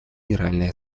генеральной